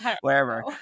wherever